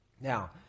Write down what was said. Now